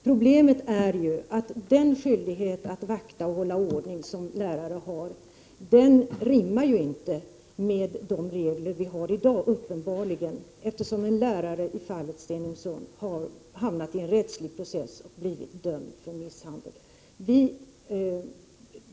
Problemet är ju att den skyldighet att vakta och hålla ordning som lärare har uppenbarligen inte rimmar med de regler som gäller i dag, eftersom en lärare i fallet i Stenungsund har hamnat i en rättslig process och blivit dömd för misshandel.